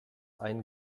ein